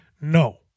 No